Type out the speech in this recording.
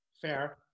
fair